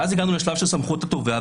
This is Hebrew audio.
ואז הגענו לשלב של סמכות התובע,